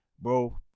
bro